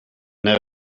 now